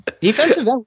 Defensive